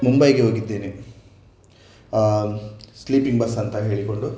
ಮುಂಬೈಗೆ ಹೋಗಿದ್ದೇನೆ sleeping bus ಅಂತ ಹೇಳಿಕೊಂಡು